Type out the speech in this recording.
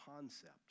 concept